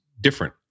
different